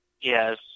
Yes